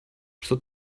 что